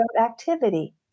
activity